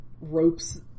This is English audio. ropes